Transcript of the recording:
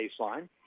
baseline